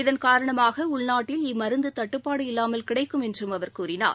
இதன் காரணமாகஉள்நாட்டில் இம்மருந்துதட்டுப்பாடு இல்லாமல் கிடைக்கும் என்றும் அவர் கூறினார்